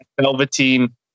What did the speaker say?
Velveteen